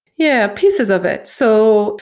yeah, pieces of it. so,